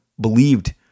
believed